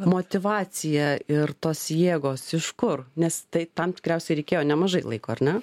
motyvacija ir tos jėgos iš kur nes tai tam tikriausiai reikėjo nemažai laiko ar ne